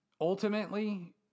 Ultimately